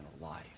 life